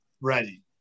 ready